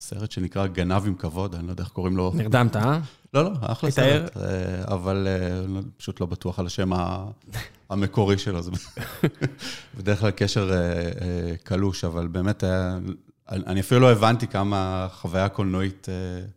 סרט שנקרא גנב עם כבוד, אני לא יודע איך קוראים לו. נרדמת, אה? לא, לא, אחלה סרט. אבל אני פשוט לא בטוח על השם המקורי שלו. בדרך כלל קשר קלוש, אבל באמת היה... אני אפילו לא הבנתי כמה חוויה קולנועית...